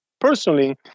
personally